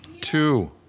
Two